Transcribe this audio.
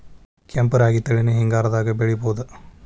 ಕೆಂಪ ರಾಗಿ ತಳಿನ ಹಿಂಗಾರದಾಗ ಬೆಳಿಬಹುದ?